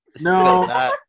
No